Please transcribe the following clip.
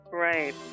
right